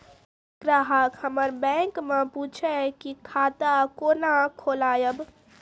कोय ग्राहक हमर बैक मैं पुछे की खाता कोना खोलायब?